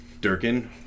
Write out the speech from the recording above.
Durkin